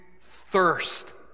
thirst